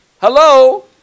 Hello